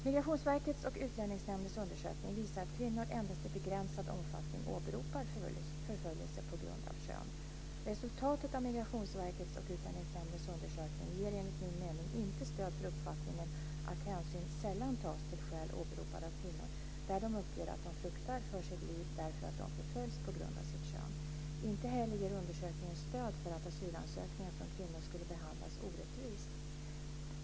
Migrationsverkets och Utlänningsnämndens undersökning visar att kvinnor endast i begränsad omfattning åberopar förföljelse på grund av kön. Resultatet av Migrationsverkets och Utlänningsnämndens undersökning ger enligt min mening inte stöd för uppfattningen att hänsyn sällan tas till skäl åberopade av kvinnor där de uppger att de fruktar för sitt liv därför att de förföljs på grund av sitt kön. Inte heller ger undersökningen stöd för att asylansökningar från kvinnor skulle behandlas orättvist.